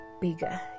bigger